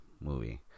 movie